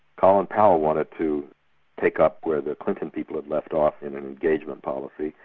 colin powell wanted to take up where the clinton people had left off in engagement policy,